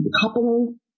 coupling